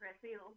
Brazil